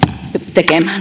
tekemään